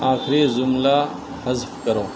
آخری ضملہ حذف کرو